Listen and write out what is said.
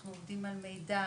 אנחנו עובדים על מידע,